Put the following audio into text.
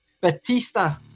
batista